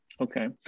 Okay